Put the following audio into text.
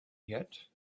yet